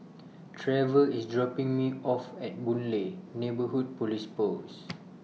Trevor IS dropping Me off At Boon Lay Neighbourhood Police Post